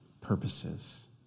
purposes